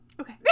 Okay